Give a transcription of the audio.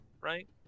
Right